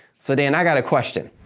so, dan, i got a question.